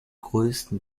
größten